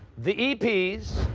the eps,